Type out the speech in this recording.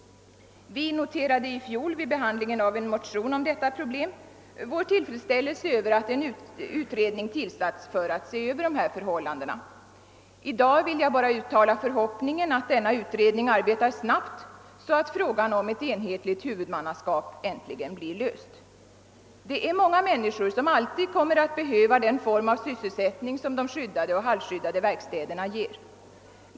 Vi noterade i fjol vid behandlingen av en motion om detta problem vår tillfredsställelse över att en utredning tillsatts för att se över dessa förhållanden. I dag vill jag endast uttala förhoppningen att denna utredning skall arbeta snabbt, så att frågan om ett enhetligt huvudmannaskap äntligen blir löst. Det finns många människor som alltid kommer att behöva den form av sysselsättning som de skyddade och halvskyddade verkstäderna ger.